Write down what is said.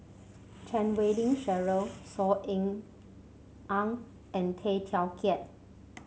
Chan Wei Ling Cheryl Saw Ean Ang and Tay Teow Kiat